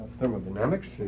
thermodynamics